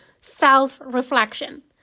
self-reflection